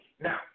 Now